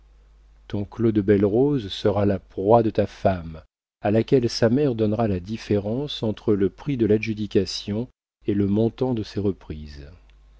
ton clos de belle rose sera la proie de ta femme à laquelle sa mère donnera la différence entre le prix de l'adjudication et le montant de ses reprises